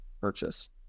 purchase